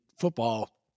football